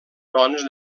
tons